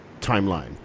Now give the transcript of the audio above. timeline